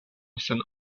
sen